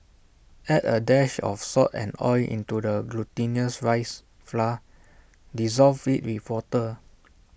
add A dash of salt and oil into the glutinous rice flour dissolve IT with water